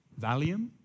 Valium